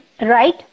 right